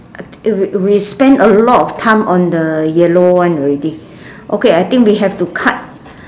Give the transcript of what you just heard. we we spent a lot of time on the yellow one already okay I think we have to cut